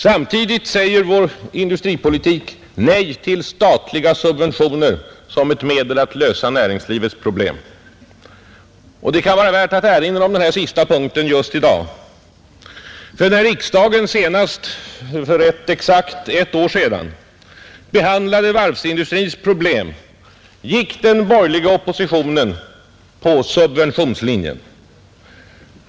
Samtidigt säger vår industripolitik nej till statliga subventioner som ett medel att lösa näringslivets problem. Det kan vara värt att erinra om den sista punkten just i dag. När riksdagen för exakt ett år sedan behandlade varvsindustrins problem följde nämligen den borgerliga oppositionen subventionslinjen.